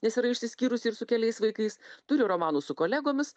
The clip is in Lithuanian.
nes yra išsiskyrusi ir su keliais vaikais turi romanų su kolegomis